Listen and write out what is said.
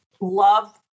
Love